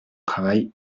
travail